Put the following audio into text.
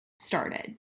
started